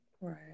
Right